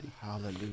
Hallelujah